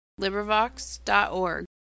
LibriVox.org